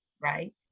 right